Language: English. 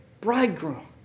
bridegroom